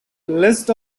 list